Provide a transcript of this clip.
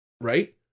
Right